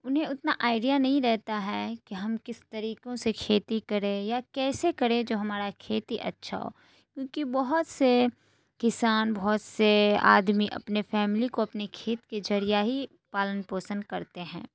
انہیں اتنا آئیڈیا نہیں رہتا ہے کہ ہم کس طریقوں سے کھیتی کریں یا کیسے کریں جو ہمارا کھیتی اچھا ہو کیونکہ بہت سے کسان بہت سے آدمی اپنے فیملی کو اپنی کھیت کے ذریعہ ہی پالن پوشن کرتے ہیں